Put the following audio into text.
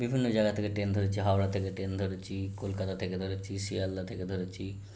বিভিন্ন জায়গা থেকে ট্রেন ধরেছি হাওড়া থেকে টেন ধরেছি কলকাতা থেকে ধরেছি শিয়ালদা থেকে ধরেছি